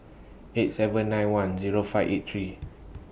eight seven nine one Zero five eight three